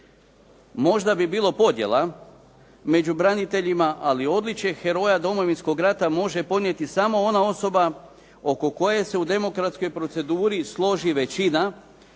Možda bi bilo podjela među braniteljima, ali odličje "Heroja Domovinskog rata" može ponijeti samo ona osoba oko koje se u demokratskoj proceduri složi većina,